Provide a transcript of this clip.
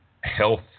health